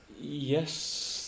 Yes